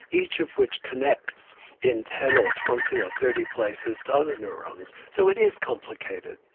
each of which connects in ten or twenty or thirty places to other neurons. so it is complicated.